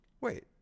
wait